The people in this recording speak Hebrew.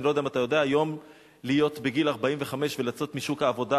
אני לא יודע אם אתה יודע: היום להיות בגיל 45 ולצאת משוק העבודה,